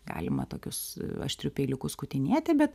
galima tokius aštriu peiliuku skutinėti bet